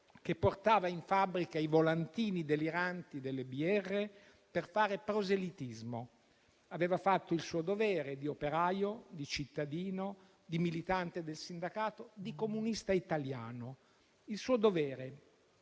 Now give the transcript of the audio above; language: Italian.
che portava in fabbrica i volantini deliranti delle BR per fare proselitismo. Aveva fatto il suo dovere di operaio, di cittadino, di militante del sindacato e di comunista italiano. Il suo dovere